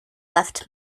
left